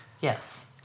Yes